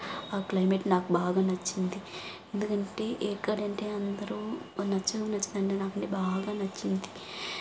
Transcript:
ఆ క్లైమేట్ నాకు బాగా నచ్చింది ఎందుకంటే ఎక్కడంటే అందరు నచ్చని నచ్చిన అంటే నాకు బాగా నచ్చింది